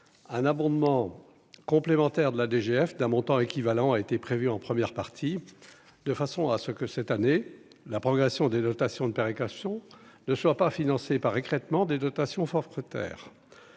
un abondement complémentaire de la DGF, d'un montant équivalent a été prévu en première partie de façon à ce que cette année la progression des dotations de péréquation, ne soit pas financée par écrêtement des dotations forfaitaires,